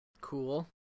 Cool